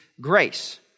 grace